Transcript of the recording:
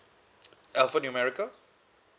alphanumerical